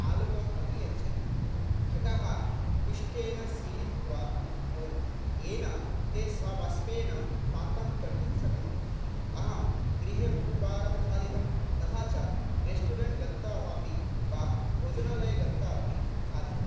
आलुकमपि यच्छन्ति घटः पिष्ठेन मिलित्वा भवन्ति येन ते स्वबस्पेन पाकङ्कर्तुं शक्नुवन्ति अहं गृहे बहुवारं खादितं तथा च रेश्टुरेण्ट् गत्वा अपि वा भोजनालये गत्वा अपि खादितम्